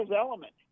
element